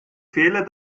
fehler